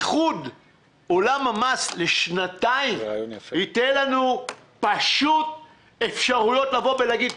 איחוד עולם המס לשנתיים ייתן לנו פשוט אפשרויות לבוא ולהגיד,